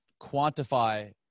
quantify